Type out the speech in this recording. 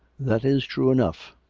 that is true enough.